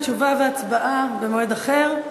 תשובה והצבעה במועד אחר.